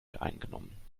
eingenommen